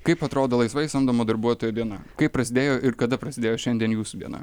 kaip atrodo laisvai samdomų darbuotojų diena kaip prasidėjo ir kada prasidėjo šiandien jūsų diena